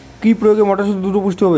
কি প্রয়োগে মটরসুটি দ্রুত পুষ্ট হবে?